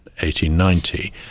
1890